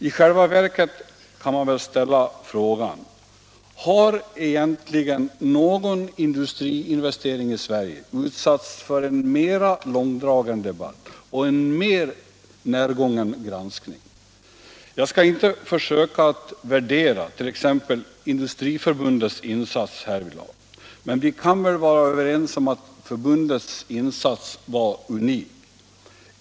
I själva verket kan man väl snarare ställa frågan: Har egentligen någon industriinvestering i Sverige utsatts för en mer långdragen debatt och en mer närgången granskning? Jag skall inte försöka att värdera t.ex. Industriförbundets insats härvidlag, men vi kan väl vara överens om att förbundets insats var unik!